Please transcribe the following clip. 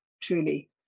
Truly